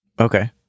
Okay